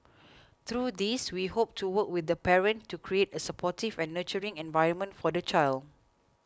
through these we hope to work with the parent to create a supportive and nurturing environment for the child